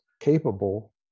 capable